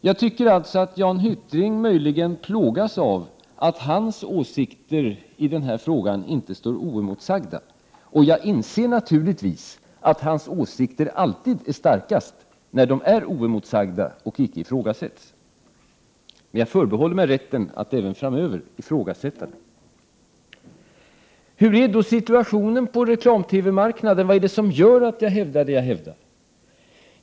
Jag tycker alltså att Jan Hyttring möjligen plågas av att hans åsikter i denna fråga inte står oemotsagda. Jag inser naturligtvis att hans åsikter alltid är starkast när de är oemotsagda och inte ifrågasätts. Men jag förbehåller mig rätten att även framöver ifrågasätta dem. Hur är då situationen på reklam-TV-marknaden? Vad är det som gör att jag hävdar det jag hävdar?